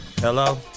hello